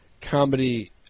comedy